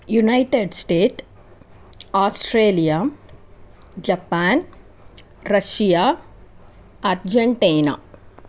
United States Australia Japan Russia Argentina